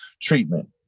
treatment